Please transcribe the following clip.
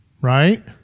right